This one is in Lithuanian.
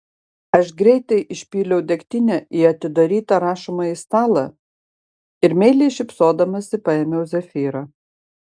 aš greitai išpyliau degtinę į atidarytą rašomąjį stalą ir meiliai šypsodamasi paėmiau zefyrą